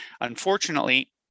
unfortunately